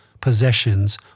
possessions